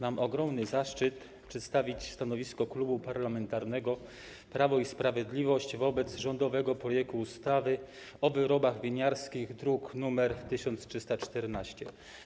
Mam ogromny zaszczyt przedstawić stanowisko Klubu Parlamentarnego Prawo i Sprawiedliwość wobec rządowego projektu ustawy o wyrobach winiarskich, druk nr 1314.